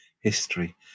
history